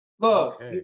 Look